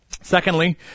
Secondly